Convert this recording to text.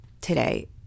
today